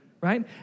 right